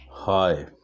Hi